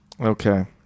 Okay